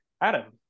Adam